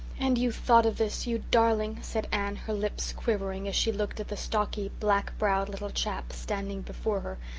and you thought of this, you darling, said anne, her lips quivering, as she looked at the stocky, black-browed little chap, standing before her,